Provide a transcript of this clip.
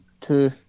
two